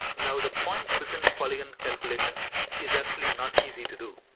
now the point within polygon calculation is actually not easy to do.